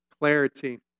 clarity